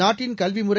நாட்டின் கல்வி முறை